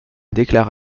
déclare